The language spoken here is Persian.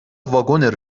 واگن